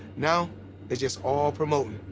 now it's just all promoting.